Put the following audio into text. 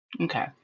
Okay